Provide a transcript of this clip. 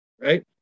right